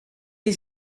est